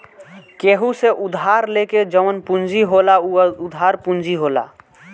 केहू से उधार लेके जवन पूंजी होला उ उधार पूंजी होला